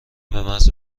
بمحض